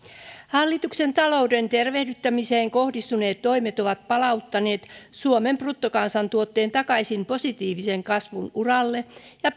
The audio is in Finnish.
hallituksen talouden tervehdyttämiseen kohdistuneet toimet ovat palauttaneet suomen bruttokansantuotteen takaisin positiivisen kasvun uralle ja